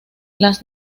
las